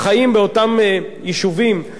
החיים באותם יישובים,